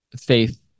faith